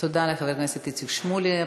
תודה לחבר הכנסת איציק שמולי.